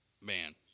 Man